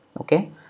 okay